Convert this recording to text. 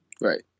Right